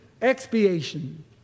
expiation